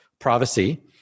privacy